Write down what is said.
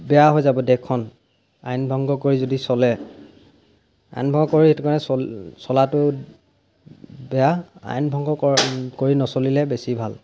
বেয়া হৈ যাব দেশখন আইন ভংগ কৰি যদি চলে আইন ভংগ কৰি এটো কাৰণে চল চলাটো বেয়া আইন ভংগ ক কৰি নচলিলে বেছি ভাল